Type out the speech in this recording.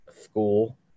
School